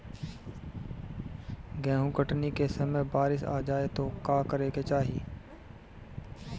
गेहुँ कटनी के समय बारीस आ जाए तो का करे के चाही?